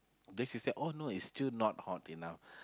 then she said oh no it's still not hot enough